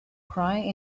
cry